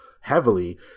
heavily